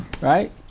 Right